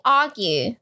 argue